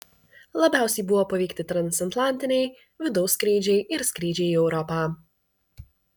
labiausiai buvo paveikti transatlantiniai vidaus skrydžiai ir skrydžiai į europą